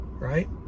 Right